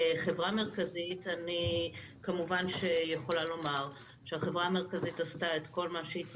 כחברה מרכזית אני יכולה לומר שעשינו את כל מה שהיינו